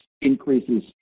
increases